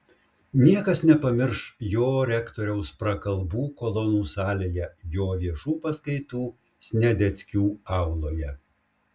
niekas nepamirš jo rektoriaus prakalbų kolonų salėje jo viešų paskaitų sniadeckių auloje